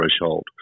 threshold